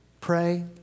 Pray